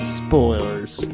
spoilers